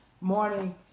morning